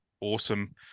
awesome